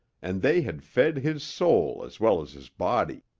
and they had fed his soul as well as his body.